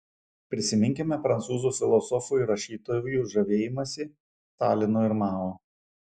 prisiminkime prancūzų filosofų ir rašytojų žavėjimąsi stalinu ir mao